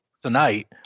tonight